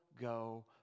go